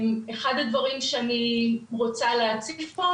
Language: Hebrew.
אחד הדברים שאני רוצה להציף פה,